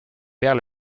père